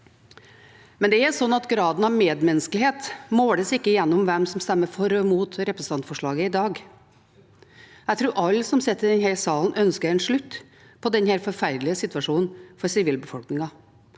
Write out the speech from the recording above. Men graden av medmenneskelighet måles ikke gjennom hvem som stemmer for og mot representantforslaget i dag. Jeg tror alle som sitter her i salen, ønsker en slutt på denne forferdelige situasjonen for sivilbefolkningen.